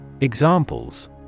Examples